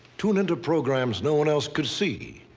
tune into programs no one else could see?